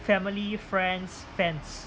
family friends fans